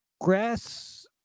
grass